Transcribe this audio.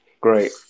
Great